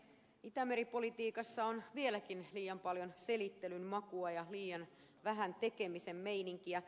itämeri politiikassa on vieläkin liian paljon selittelyn makua ja liian vähän tekemisen meininkiä